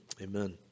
Amen